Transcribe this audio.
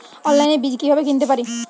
অনলাইনে বীজ কীভাবে কিনতে পারি?